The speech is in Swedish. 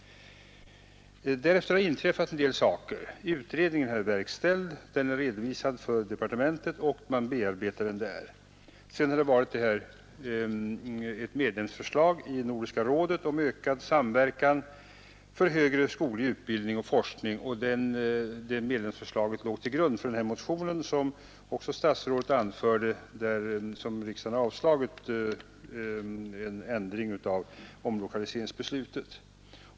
Därefter har det inträffat en del saker. Utredningen är verkställd. Den är redovisad för departementet och man bearbetar den där. Sedan har det varit ett medlemsförslag i Nordiska rådet om ökad samverkan för högre skoglig utbildning och forskning, och det medlemsförslaget låg till grund för den här motionen om en ändring av omlokaliseringsbeslutet, som också statsrådet nämnde och som riksdagen har avslagit.